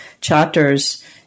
chapters